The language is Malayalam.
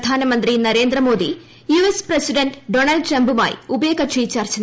പ്രധാനമന്ത്രി Narendra Modi U S president Donald ട്രംപുമായി ഉഭയകക്ഷി ചർച്ച നടത്തി